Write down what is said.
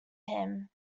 him